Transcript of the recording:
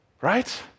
Right